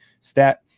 stat